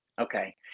okay